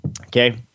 Okay